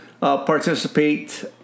participate